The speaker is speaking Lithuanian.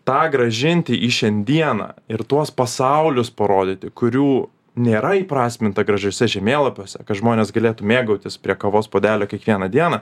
tą grąžinti į šiandieną ir tuos pasaulius parodyti kurių nėra įprasminta gražiuose žemėlapiuose kad žmonės galėtų mėgautis prie kavos puodelio kiekvieną dieną